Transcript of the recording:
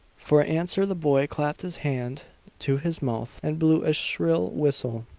for answer the boy clapped his hand to his mouth and blew a shrill whistle.